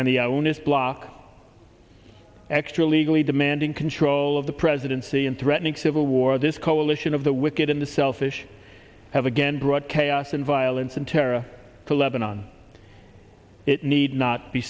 and the onus bloc extra legally demanding control of the presidency in threatening civil war this coalition of the wicked in the selfish have again brought chaos and violence and terror to lebanon it need not be